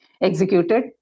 executed